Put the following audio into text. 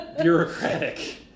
bureaucratic